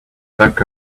back